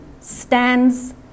stands